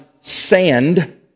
sand